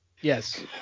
Yes